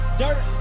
dirt